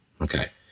Okay